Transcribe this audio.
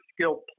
skilled